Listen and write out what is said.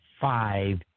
five